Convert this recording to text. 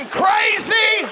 crazy